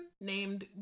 named